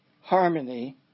harmony